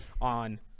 on